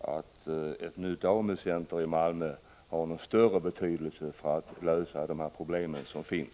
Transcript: att nytt AMU-center i Malmö har någon större betydelse när det gäller att lösa de problem som finns.